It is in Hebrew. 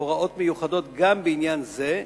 הוראות מיוחדות גם בעניין זה,